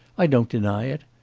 i don't deny it.